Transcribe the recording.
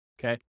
okay